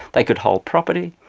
they could hold property,